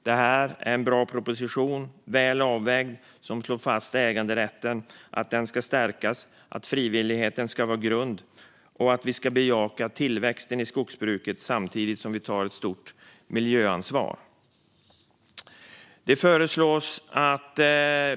Det här är en bra och väl avvägd proposition som slår fast att äganderätten ska stärkas, att frivilligheten ska vara grund och att vi ska bejaka tillväxten i skogsbruket samtidigt som vi tar ett stort miljöansvar.